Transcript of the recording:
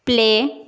play